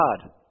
God